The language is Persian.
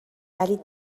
ولی